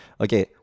Okay